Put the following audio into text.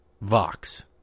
Vox